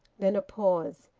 then a pause.